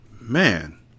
Man